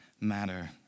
matter